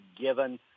given